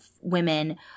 women